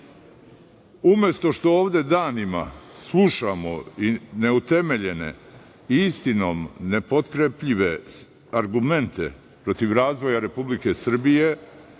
što ovde danima slušamo neutemeljene i istinom nepotkrepljene argumente protiv razvoja Republike Srbije